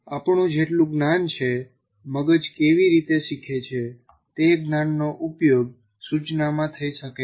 આપણું જેટલું જ્ઞાન છે 'મગજ કેવી રીતે શીખે છે' તે જ્ઞાનનો ઉપયોગ સૂચનામાં થઈ શકે છે